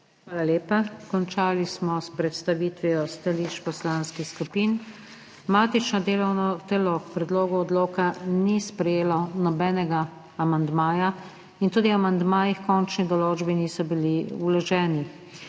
Hvala lepa. Končali smo s predstavitvijo stališč poslanskih skupin. Matično delovno telo k predlogu odloka ni sprejelo nobenega amandmaja in tudi amandmaji h končni določbi niso bili vloženi.